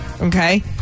Okay